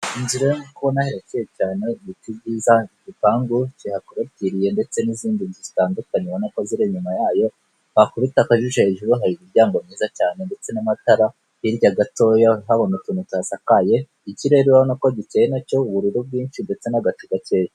Iyi nzu rero nkuko ubibona irakeye cyane, ibiti byiza igipangu kihakorotiye ndetse n'izindi nzu zitandukanye urabona ziri inyuma yayo. Wakubita akajisho hejuru hari imiryango myiza cyane ndetse n'amatara, hirya gatoya urahabona utuntu tuhasakaye. ikirere urabona ko gikeye nacyo ubururu bwinshi ndetse n'agacu gakeya .